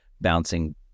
bouncing